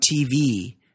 TV